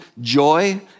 joy